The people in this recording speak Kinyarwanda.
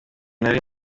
nari